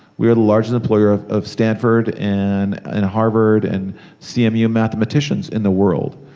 we are the largest employer of of stanford, and and harvard, and cmu mathematicians in the world.